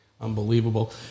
Unbelievable